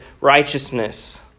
righteousness